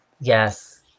Yes